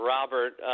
Robert